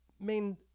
main